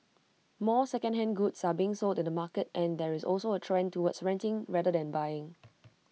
more secondhand goods are being sold in the market and there is also A trend towards renting rather than buying